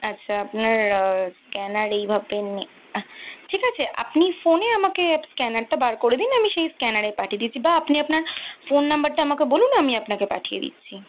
আচ্ছা আপনার স্ক্যানার এইভাবে ঠিক আছে আপনি ফোনে আমাকে স্ক্যানারটা বার করে দিন আমি সেই স্ক্যানারে পাঠিয়ে দিচ্ছি বা আপনি আপনার ফোন নম্বরটা আমাকে বলুন আমি আপনাকে পাঠিয়ে দিচ্ছি